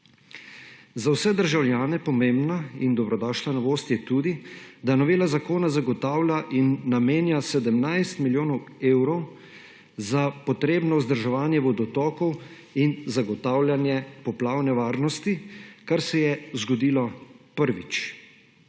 Za vse državljane pomembna in dobrodošla novost je tudi, da novela zakona zagotavlja in namenja 17 milijonov evrov za potrebno vzdrževanje vodotokov in zagotavljanje poplavne varnosti, kar se je zgodilo prvič.